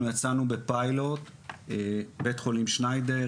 אנחנו יצאנו בפיילוט בית חולים שניידר